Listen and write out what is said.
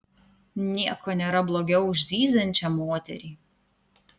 nieko nėra blogiau už zyziančią moterį